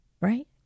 right